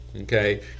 Okay